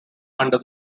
under